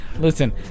Listen